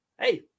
Hey